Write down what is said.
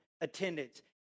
Attendance